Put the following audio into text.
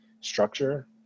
structure